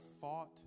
fought